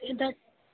ਇਹ ਦਾ